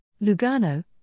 Lugano